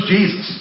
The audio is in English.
Jesus